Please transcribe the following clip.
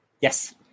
Yes